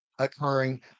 Occurring